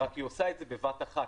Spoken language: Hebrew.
רק היא עושה את זה בבת אחת,